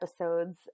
episodes